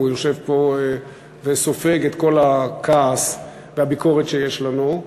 הוא יושב פה וסופג את כל הכעס והביקורת שיש לנו.